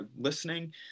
listening